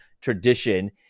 tradition